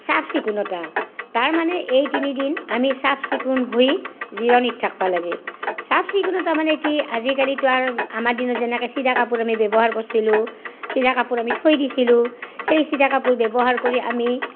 চাফ চিকুণতা তাৰমানে এই তিনিদিন আমি চাফ চিকুণ হৈ জিৰণিত থাকবা লাগে চাফ চিকুণতা মানে কি আজিকালিতো আৰু আমাৰ দিনত যেনেকে চিগা কাপোৰ আমি ব্যৱহাৰ কৰছিলোঁ চিগা কাপোৰ আমি থৈ দিছিলোঁ সেই চিগা কাপোৰ ব্যৱহাৰ কৰি আমি